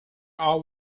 are